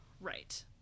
Right